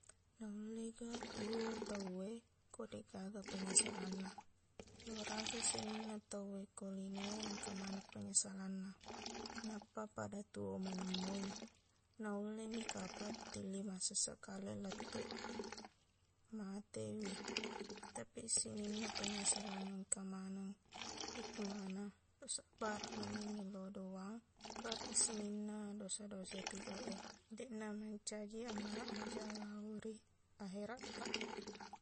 Nullega tuo tauwe ko deqgaga penyesalanna lorasa sininna tauwe ko linowe engka maneng penyesalanna nappa pada tuo manengmoi naullemi kapang tulli massesseq kale lettuq matewi tapiq sininna penyesalan engka maneng hikmana tosabbaraq mani millau doang baraq sininna dosa-dosa ipigauq e deqna mencaji amalaq majaq lao ri akherattaq